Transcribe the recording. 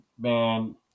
Man